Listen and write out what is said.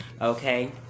okay